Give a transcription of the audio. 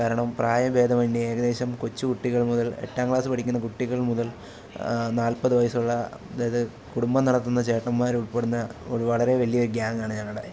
കാരണം പ്രായഭേദമന്യേ ഏകദേശം കൊച്ച് കുട്ടികൾ മുതൽ എട്ടാം ക്ലാസ് പഠിക്കുന്ന കുട്ടികൾ മുതൽ നാൽപ്പത് വയസ്സുള്ള അതായത് കുടുംബം നടത്തുന്ന ചേട്ടന്മാർ ഉൾപ്പെടുന്ന ഒരു വളരെ വലിയ ഗ്യാങ്ങാണ് ഞങ്ങളുടെ